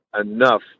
enough